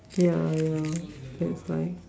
ya ya that's why